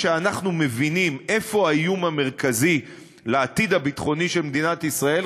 כשאנחנו מבינים איפה האיום המרכזי לעתיד הביטחוני של מדינת ישראל,